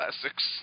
Classics